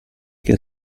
che